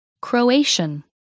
Croatian